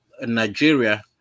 Nigeria